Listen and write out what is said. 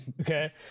okay